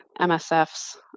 MSF's